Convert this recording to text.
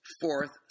Fourth